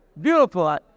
Beautiful